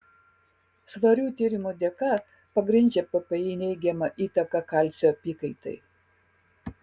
svarių tyrimų dėka pagrindžia ppi neigiamą įtaką kalcio apykaitai